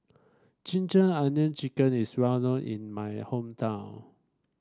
ginger onion chicken is well known in my hometown